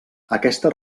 aquesta